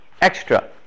Extra